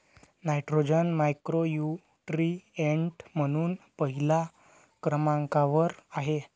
nitrogen macronutrient म्हणून पहिल्या क्रमांकावर आहे